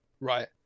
Right